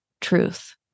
truth